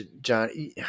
John